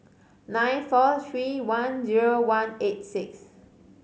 nine four three one zero one eight six